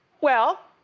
well,